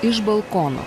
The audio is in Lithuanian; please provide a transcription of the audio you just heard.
iš balkono